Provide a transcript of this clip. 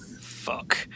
Fuck